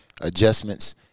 adjustments